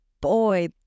boy